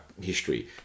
history